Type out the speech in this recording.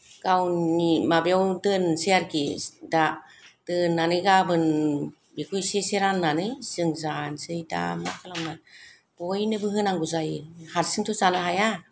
गावनि माबायाव दोनसै आरोखि दा दोननानै गाबोन बेखौ इसे इसे राननानै जों जानोसै दा मा खालामनो बयनोबो होनांगौ जायो हारसिंथ' जानो हाया